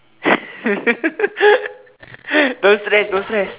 don't stress don't stress